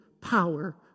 power